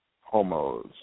homos